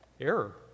error